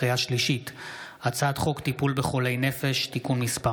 לקריאה שנייה ולקריאה שלישית: הצעת חוק טיפול בחולי נפש (תיקון מס'